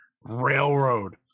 railroad